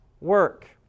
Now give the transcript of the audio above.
work